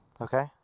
okay